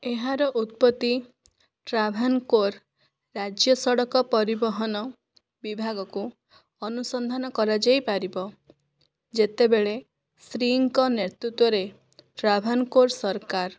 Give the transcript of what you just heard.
ଏହାର ଉତ୍ପତ୍ତି ଟ୍ରାଭାନକୋର ରାଜ୍ୟ ସଡ଼କ ପରିବହନ ବିଭାଗକୁ ଅନୁସନ୍ଧାନ କରାଯାଇପାରିବ ଯେତେବେଳେ ଶ୍ରୀଙ୍କ ନେତୃତ୍ୱରେ ଟ୍ରାଭାନକୋର ସରକାର